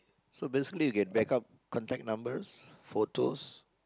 so basically you get back up contact number photos